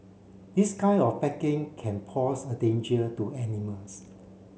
this kind of packing can pose a danger to animals